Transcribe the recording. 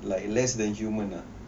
like less than human ah